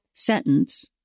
sentence